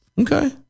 Okay